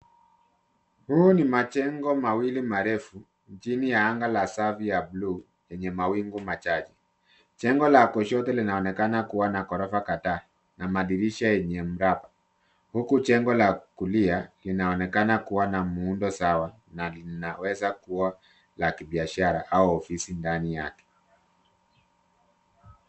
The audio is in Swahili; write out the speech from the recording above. Hii ni majengo mawili marefu mjini ya anga la safi ya buluu yenye mawingu machache. Jengo la kushoto linaonekana kuwa na ghorofa kadhaa na madirisha yenye mraba huku jengo la kulia linaonekana kuwa na muundo sawa na linaweza kuwa la kibiashara au ofisi ndani yake.